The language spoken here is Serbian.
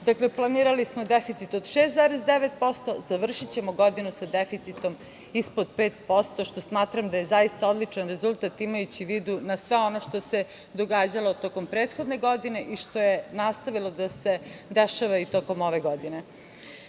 Dakle, planirali smo deficit od 6,9%, a završićemo sa deficitom ispod 5%, što smatram da je zaista odličan rezultat, imajući u vidu i sve ono što se događalo u toku prethodne godine i što je nastavilo da se dešava i tokom ove